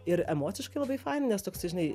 ir emociškai labai faina nes toksai žinai